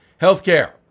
Healthcare